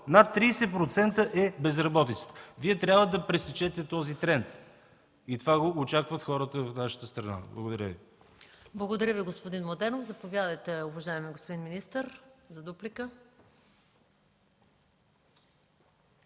над 30% е безработицата. Вие трябва да пресечете този тренд и това го очакват хората в нашата страна. Благодаря Ви. ПРЕДСЕДАТЕЛ МАЯ МАНОЛОВА: Благодаря Ви, господин Младенов. Заповядайте, уважаеми господин министър, за дуплика.